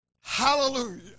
Hallelujah